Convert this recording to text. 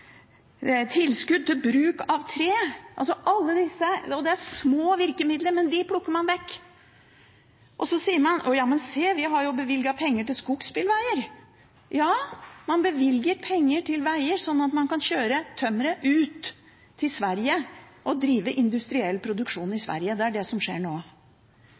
bruk av tre. Det er små virkemidler, men dem plukker man vekk. Og så sier man: Men se, vi har jo bevilget penger til skogsbilveger. Ja, man bevilger penger til veger, slik at man kan kjøre tømmeret ut til Sverige og drive industriell produksjon i Sverige. Det er det som skjer nå.